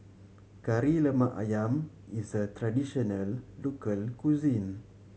Kari Lemak Ayam is a traditional local cuisine